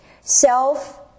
Self